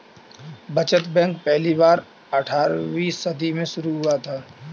बचत बैंक पहली बार अट्ठारहवीं सदी में शुरू हुआ